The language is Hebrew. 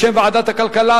בשם ועדת הכלכלה,